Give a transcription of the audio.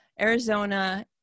Arizona